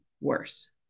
worse